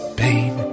pain